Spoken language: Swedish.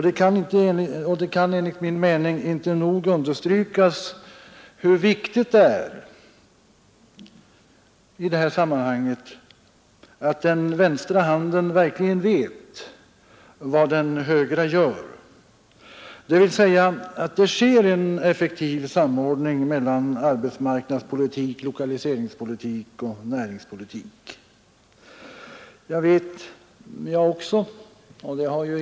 Det kan enligt min mening inte nog understrykas hur viktigt det är i det här sammanhanget att den vänstra handen verkligen vet vad den högra gör, dvs. att det sker en effektiv samordning mellan arbetsmarknadspolitik, lokaliseringspolitik och näringspolitik.